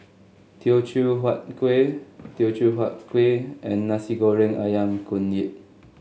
Teochew Huat Kueh Teochew Huat Kueh and Nasi Goreng ayam Kunyit